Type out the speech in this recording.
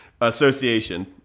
Association